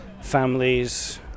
families